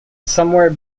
somewhere